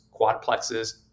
quadplexes